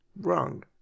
wrong